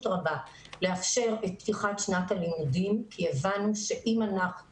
רבה לאפשר את פתיחת שנת הלימודים כי הבנו שעדיין